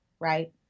Right